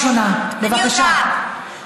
איך מתנהגים לסודאנים בכפרים?